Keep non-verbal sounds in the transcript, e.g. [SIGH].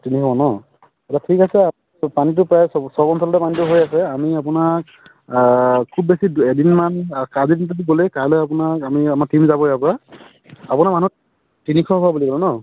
তিনিশ ঘৰ ন [UNINTELLIGIBLE] ঠিক আছে পানীটো প্ৰায় চব চব অঞ্চলতে পানীটো হৈ আছে আমি আপোনাৰ খুব বেছি [UNINTELLIGIBLE] এদিনমান কাইলৈ দিনটোতো গ'লেই কাইলৈ আপোনাৰ আমি আমাৰ টীম যাবই ইয়াৰপৰা আপোনাৰ মানুহ তিনিশ ঘৰ বুলি ক'লে ন